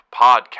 Podcast